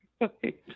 Right